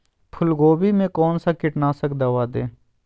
फूलगोभी में कौन सा कीटनाशक दवा दे?